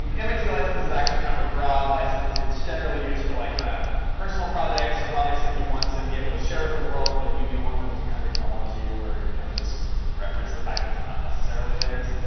um mit license is actually kind of a broad license. it's generally used for like kind of personal projects or projects that you want to be able to share it with the world but you do want them and to kind of acknowledge you or kind of just reference the fact that it's not necessarily theirs.